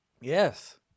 Yes